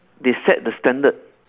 they set the standard